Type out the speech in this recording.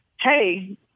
hey